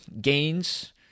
Gains